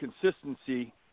consistency